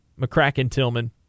McCracken-Tillman